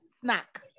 snack